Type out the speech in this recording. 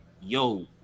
yo